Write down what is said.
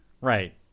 Right